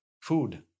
food